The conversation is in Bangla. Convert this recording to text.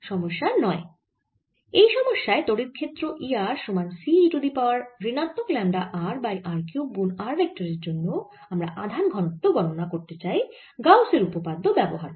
সমস্যা 9 এই সমস্যায় তড়িৎ ক্ষেত্র E r সমান C e to the power ঋণাত্মক lambda r by r cube গুন r ভেক্টর এর জন্য আমরা আধান ঘনত্ব গণনা করতে চাই গাউসের উপপাদ্য ব্যবহার করে